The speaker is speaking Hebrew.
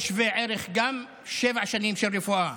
זה יהיה שווה ערך גם לשבע שנים של רפואה